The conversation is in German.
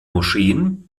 moscheen